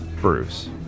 Bruce